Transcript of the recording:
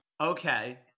Okay